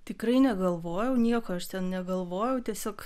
tikrai negalvojau nieko negalvojau tiesiog